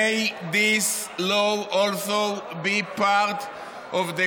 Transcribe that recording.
May this law also be a part of the